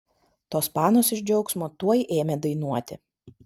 tos panos iš džiaugsmo tuoj ėmė dainuoti